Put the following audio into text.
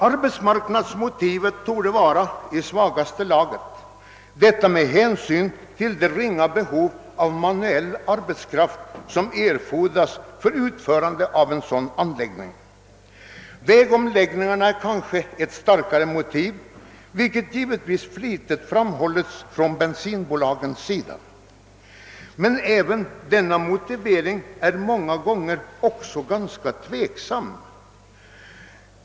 Arbetsmarknadsmotivet torde vara i svagaste laget, detta med hänsyn till det ringa behov av manuell arbetskraft som erfordras för utförande av en sådan anläggning. Vägomläggningarna är kanske ett starkare motiv, vilket givetvis framhållits från bensinbolagens sida. Men även denna motivering är många gånger ganska tveksam.